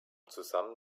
zusammen